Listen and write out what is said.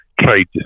trade